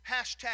hashtag